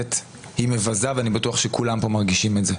בכנסת היא מבזה ואני בטוח שכולם כאן מרגישים את זה.